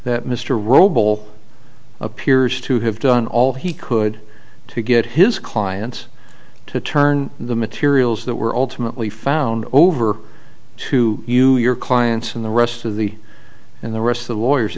that mr robel appears to have done all he could to get his clients to turn the materials that were ultimately found over to you your clients and the rest of the and the rest of the lawyers